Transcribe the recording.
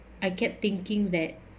I kept thinking that